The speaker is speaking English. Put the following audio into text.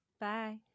Bye